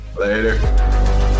later